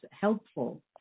helpful